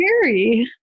scary